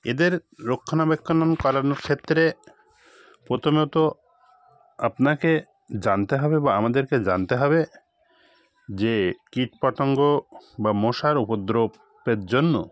এদের রক্ষণাবেক্ষণ করানোর ক্ষেত্রে প্রথমে তো আপনাকে জানতে হবে বা আমাদেরকে জানতে হবে যে কীটপতঙ্গ বা মশার উপদ্রবের জন্য